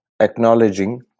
acknowledging